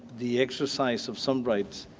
the exercise of some rights,